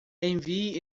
envie